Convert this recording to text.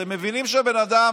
אתם מבינים שהבן אדם